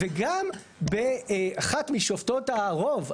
וגם אחת משופטות הרוב,